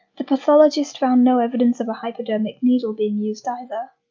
the pathologist found no evidence of a hypodermic needle being used, either.